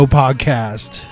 podcast